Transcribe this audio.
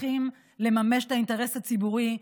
צריכים לממש את האינטרס הציבורי,